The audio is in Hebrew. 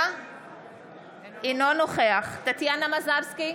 אינו נוכח טטיאנה מזרסקי,